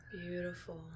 Beautiful